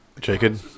Jacob